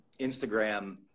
Instagram